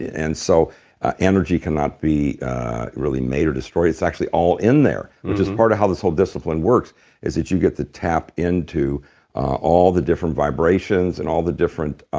and so energy cannot be really made or destroyed. it's actually all in there, which is part of how this whole discipline works is that you get to tap into all the different vibrations and all the different